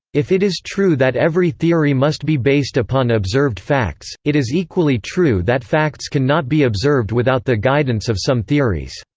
if it is true that every theory must be based upon observed facts, it is equally true that facts can not be observed without the guidance of some theories.